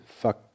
Fuck